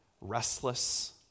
restless